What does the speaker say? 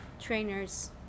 trainers